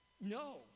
no